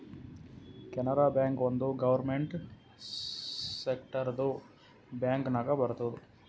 Canara bank ಒಂದ್ government ಸೆಕ್ಟರ್ದು bank ನಾಗ್ ಬರ್ತುದ್